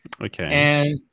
okay